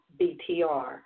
BTR